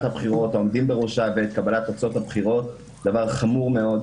הבחירות והעומדים בראשה ואת קבלת תוצאות הבחירות דבר חמור מאוד.